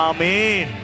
Amen